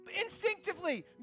instinctively